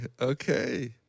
okay